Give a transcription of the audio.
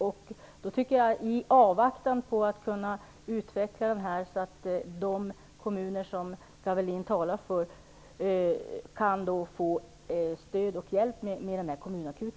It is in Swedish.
I avvaktan på att detta system skall utvecklas tycker jag att de kommuner som Torsten Gavelin talar för skall kunna få stöd och hjälp genom en kommunakut.